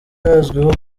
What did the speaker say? azwiho